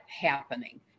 happening